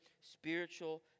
spiritual